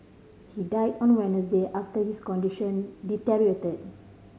he died on a Wednesday after his condition deteriorated